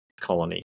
colony